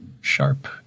Sharp